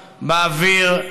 באוויר,